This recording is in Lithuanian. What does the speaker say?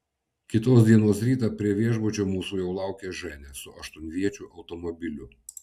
kitos dienos rytą prie viešbučio mūsų jau laukė ženia su aštuonviečiu automobiliu